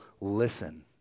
listen